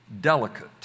delicate